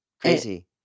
crazy